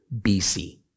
BC